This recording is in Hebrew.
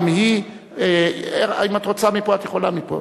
גם היא, אם את רוצה, את יכולה מהצד.